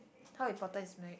how important is marria~